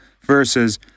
Versus